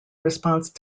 response